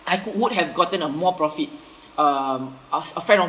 I cou~ would have gotten a more profit um I wa~ a friend of